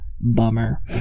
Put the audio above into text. bummer